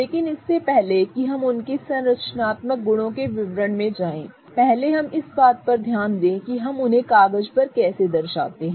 लेकिन इससे पहले कि हम उनके संरचनात्मक गुणों के विवरण में जाएं पहले हम इस बात पर ध्यान दें कि हम उन्हें कागज पर कैसे दर्शाते हैं